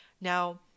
now